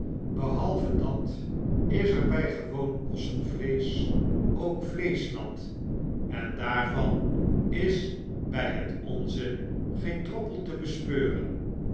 behalve dat is er by gewoon ossenvleesch ook vleeschnat en daarvan is by bet onze geeri droppel te bespeuren